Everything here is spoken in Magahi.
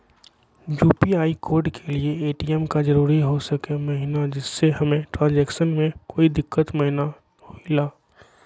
यू.पी.आई कोड के लिए ए.टी.एम का जरूरी हो सके महिना जिससे हमें ट्रांजैक्शन में कोई दिक्कत महिना हुई ला?